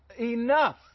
enough